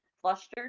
Flustered